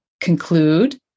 conclude